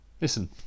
Listen